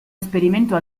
esperimento